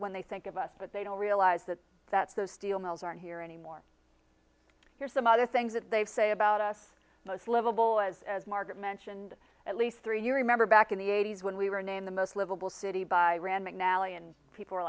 when they think of us but they don't realize that that's the steel mills aren't here anymore here are some other things that they say about us most livable as as margaret mentioned at least three you remember back in the eighty's when we were named the most livable city by rand mcnally and people